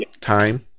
time